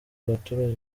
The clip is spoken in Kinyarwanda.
abaturage